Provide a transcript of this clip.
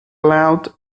loud